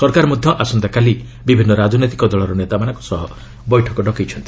ସରକାର ମଧ୍ୟ ଆସନ୍ତାକାଲି ବିଭିନ୍ନ ରାଜନୈତିକ ଦଳର ନେତାମାନଙ୍କର ବୈଠକ ଡକାଇଛନ୍ତି